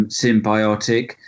symbiotic